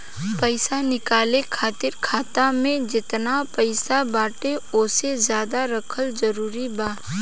पईसा निकाले खातिर खाता मे जेतना पईसा बाटे ओसे ज्यादा रखल जरूरी बा?